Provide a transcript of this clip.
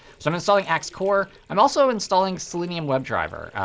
so i'm installing axe-core. i'm also installing selenium webdriver.